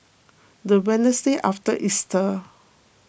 the Wednesday after Easter